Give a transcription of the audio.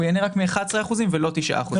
הוא ייהנה רק מ-11 אחוזים ולא 9 אחוזים.